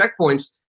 checkpoints